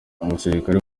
abasirikare